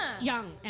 young